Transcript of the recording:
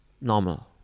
normal